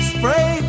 Spray